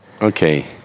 Okay